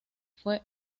fue